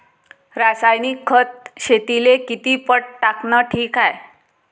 रासायनिक खत शेतीले किती पट टाकनं ठीक हाये?